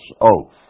oath